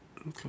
Okay